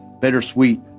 bittersweet